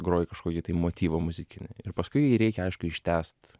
groji kažkokį tai motyvą muzikinį ir paskui jį reikia aišku ištęst